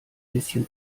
bisschen